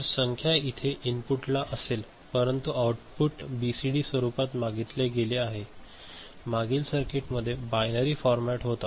तर संख्या इथे इनपुट ला असेल परंतु आउटपुट बीसीडी स्वरूपात मागितले गेले आहे मागील सर्किट मध्ये बायनरी फॉरमॅट होता